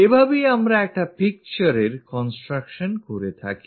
এভাবেই আমরা একটা pictureএর construction করে থাকি